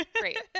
Great